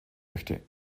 möchte